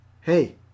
hey